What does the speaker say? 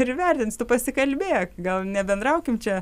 ir įvertinsi tu pasikalbėk gal nebendraukim čia